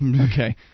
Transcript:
Okay